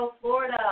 Florida